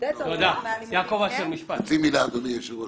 אדוני היושב-ראש,